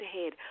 ahead